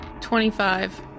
Twenty-five